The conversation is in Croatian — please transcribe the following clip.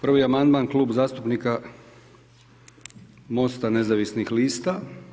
Prvi amandman Klub zastupnika MOST-a nezavisnih lista.